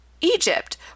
Egypt